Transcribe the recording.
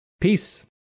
Peace